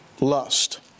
lust